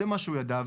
זה מה שהוא ידע.